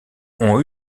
ont